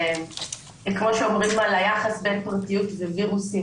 כמו שאומרים על היחס בין פרטיות ווירוסים,